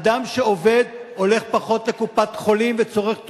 אדם שעובד הולך פחות לקופת-חולים וצורך תרופות.